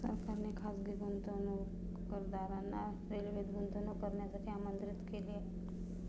सरकारने खासगी गुंतवणूकदारांना रेल्वेत गुंतवणूक करण्यासाठी आमंत्रित केले